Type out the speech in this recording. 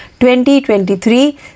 2023